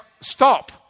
stop